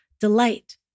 delight